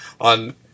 on